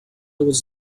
was